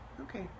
Okay